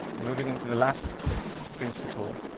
moving into the last principle,